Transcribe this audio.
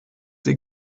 sie